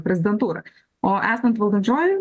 prezidentūra o esant valdančiojoj